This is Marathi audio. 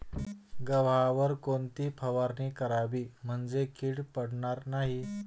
गव्हावर कोणती फवारणी करावी म्हणजे कीड पडणार नाही?